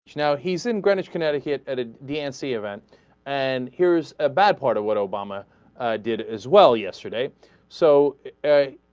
now he's in greenwich connecticut added d n c event and here's the ah bad part of what obama i did as well yesterday so ah.